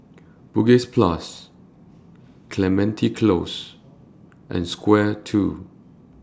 Bugis Plus Clementi Close and Square two